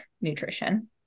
nutrition